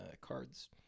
cards